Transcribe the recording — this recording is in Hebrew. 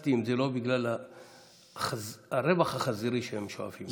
היססתי אם זה לא בגלל הרווח החזירי שהם שואפים אליו.